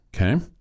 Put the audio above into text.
Okay